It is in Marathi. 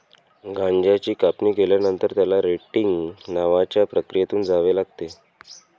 गांजाची कापणी केल्यानंतर, त्याला रेटिंग नावाच्या प्रक्रियेतून जावे लागते